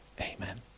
Amen